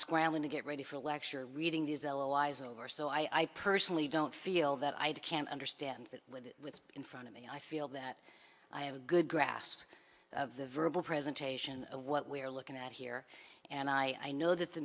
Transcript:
scrambling to get ready for a lecture reading these ela lies over so i personally don't feel that i can understand that when it's in front of me i feel that i have a good grasp of the verbal presentation of what we're looking at here and i know that the